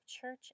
church